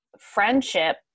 friendship